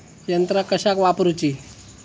यंत्रा कशाक वापुरूची?